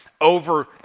over